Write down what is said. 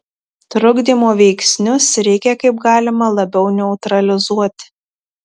trukdymo veiksnius reikia kaip galima labiau neutralizuoti